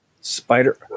Spider